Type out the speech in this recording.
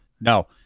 no